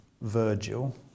Virgil